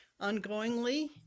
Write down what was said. ongoingly